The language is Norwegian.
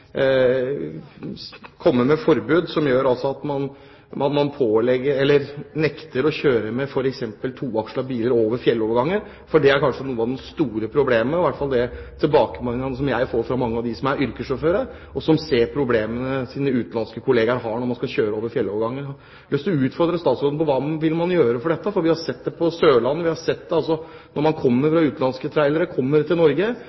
å kjøre over fjelloverganger. For det er kanskje et av de største problemene, i hvert fall ut fra de tilbakemeldingene jeg får fra mange yrkessjåfører som ser problemene utenlandske kollegaer har når de skal kjøre over fjellovergangene. Jeg har lyst til å utfordre statsråden på hva man vil gjøre med dette, for vi har sett det på Sørlandet, vi har sett det når utenlandske trailere kommer til Norge